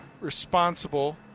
responsible